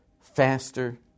faster